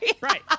Right